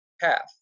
path